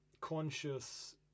conscious